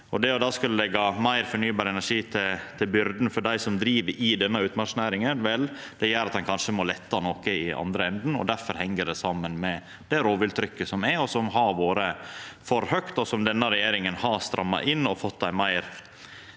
Det å då skulla leggja meir fornybar energi til byrda for dei som driv i denne utmarksnæringa, gjer at ein kanskje må letta noko i den andre enden. Difor heng dette saman med det rovvilttrykket som er, og som har vore for høgt, og som denne regjeringa har stramma inn og fått ei meir